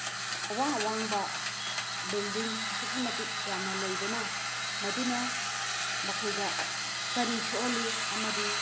ꯑꯋꯥꯡ ꯑꯋꯥꯡꯕ ꯕꯤꯜꯗꯤꯡ ꯑꯁꯨꯛꯀꯤ ꯃꯇꯤꯛ ꯌꯥꯝꯅ ꯂꯩꯕꯅ ꯃꯗꯨꯅ ꯃꯈꯣꯏꯗ ꯀꯔꯤ ꯁꯣꯛꯍꯜꯂꯤ ꯑꯃꯗꯤ